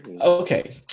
Okay